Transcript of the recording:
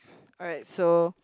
alright so